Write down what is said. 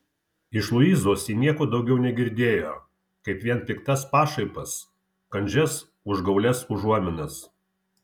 iš luizos ji nieko daugiau negirdėjo kaip vien piktas pašaipas kandžias užgaulias užuominas